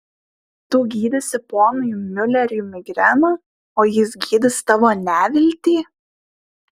tu gydysi ponui miuleriui migreną o jis gydys tavo neviltį